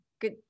Good